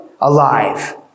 alive